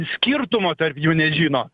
skirtumo tarp jų nežino